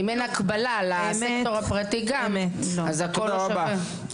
אם אין הקבלה לסקטור הפרטי גם , אז הכול לא שווה.